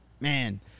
man